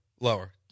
Lower